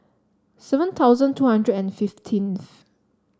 seven thousand two hundred and fifteenth